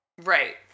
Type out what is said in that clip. Right